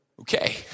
okay